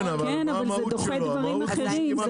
כן, אבל זה דוחה דברים אחרים.